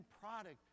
product